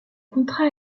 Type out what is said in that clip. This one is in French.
contrat